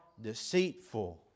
deceitful